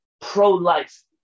pro-life